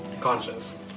conscious